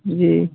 जी